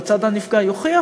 הצד הנפגע יוכיח,